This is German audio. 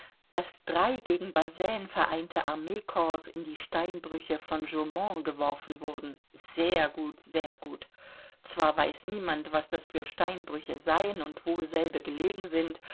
daß drei gegen bazaine vereinte armeekorps in die steinbrüche von jaumont geworfen wurden sehr gut sehr gut zwar weiß niemand was das für steinbrüche seien und wo selbe gelegen sind